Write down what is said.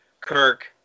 Kirk